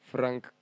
Frank